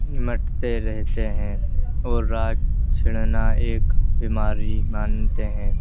نمٹتے رہتے ہیں اور راگ چھڑنا ایک بیماری مانتے ہیں